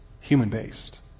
human-based